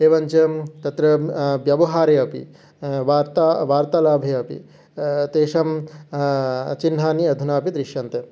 एवञ्च तत्र व्यवहारे अपि वार्ता वार्तालापे अपि तेषां चिह्नानि अधुनापि दृश्यन्ते